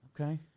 Okay